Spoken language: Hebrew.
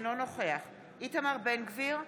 אינו נוכח איתמר בן גביר,